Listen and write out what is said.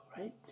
right